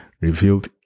revealed